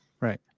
Right